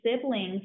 siblings